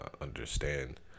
understand